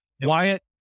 Wyatt